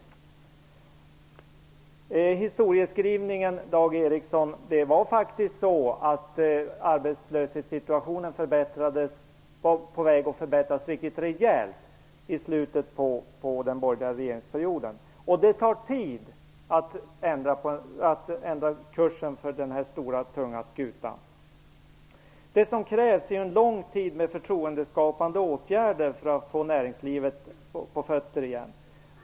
När det gäller historieskrivningen, Dag Ericson, var det faktiskt så att arbetslöshetssituationen var på väg att förbättras rejält i slutet av den borgerliga regeringsperioden. Det tar tid att ändra kursen för den här stora, tunga skutan. Det krävs lång tid av förtroendeskapande åtgärder för att få näringslivet på fötter igen.